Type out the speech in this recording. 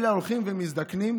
אלא הולכים ומזדקנים.